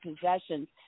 possessions